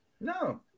no